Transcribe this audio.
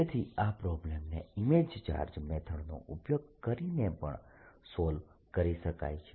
તેથી આ પ્રોબ્લમને ઇમેજ ચાર્જ મેથડનો ઉપયોગ કરીને પણ સોલ્વ કરી શકાય છે